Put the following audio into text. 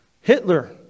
Hitler